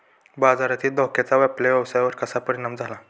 बाजारातील धोक्याचा आपल्या व्यवसायावर कसा परिणाम झाला?